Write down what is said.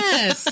Yes